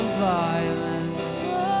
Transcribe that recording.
violence